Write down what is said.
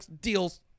deals